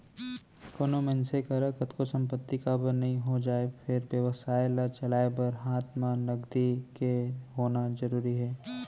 कोनो मनसे करा कतको संपत्ति काबर नइ हो जाय फेर बेवसाय ल चलाय बर हात म नगदी के होना जरुरी हे